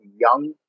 young